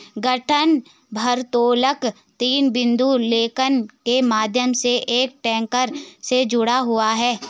गांठ भारोत्तोलक तीन बिंदु लिंकेज के माध्यम से एक ट्रैक्टर से जुड़ा हुआ है